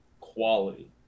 quality